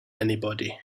anybody